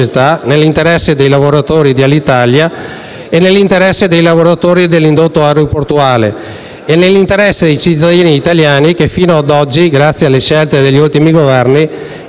nell'interesse dei lavoratori di Alitalia, nell'interesse dei lavoratori dell'indotto aeroportuale e nell'interesse dei cittadini Italiani, che fino ad oggi, grazie alle scelte degli ultimi Governi,